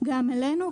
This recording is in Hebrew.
גם אלינו,